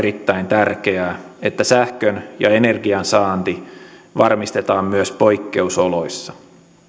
erittäin tärkeää että sähkön ja energian saanti varmistetaan myös poikkeusoloissa